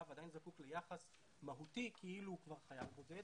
ועדיין זקוק ליחס מהותי כאילו הוא כבר חייל בודד.